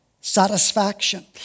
satisfaction